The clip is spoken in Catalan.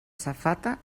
safata